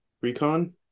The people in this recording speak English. Recon